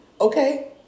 Okay